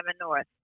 North